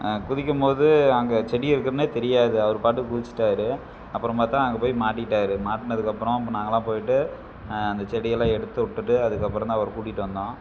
குதிக்கும் போது அங்கே செடி இருக்குதுன்னே தெரியாது அவர் பாட்டுக்கு குதிச்சுட்டாரு அப்புறம் பார்த்தா அங்கே போய் மாட்டிக்கிட்டார் மாட்டினதுக்கப்பறம் அப்போ நாங்கெல்லாம் போய்விட்டு அந்த செடியெல்லாம் எடுத்து விட்டுட்டு அதுக்கப்பறம் தான் அவரை கூட்டிகிட்டு வந்தோம்